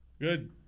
Good